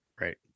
Right